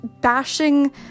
bashing